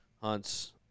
hunts